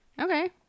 Okay